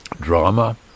drama